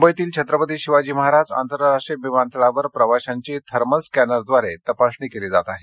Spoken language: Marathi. मुंबईतील छत्रपती शिवाजी महाराज आंतरराष्ट्रीय विमानतळावर प्रवाशांची थर्मल स्कॅनरद्वारे तपासणी केली जात आहे